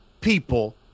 people